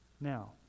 Now